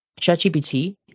ChatGPT